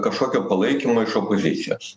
kažkokio palaikymo iš opozicijos